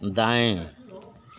दाएँ